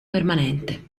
permanente